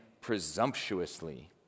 presumptuously